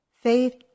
Faith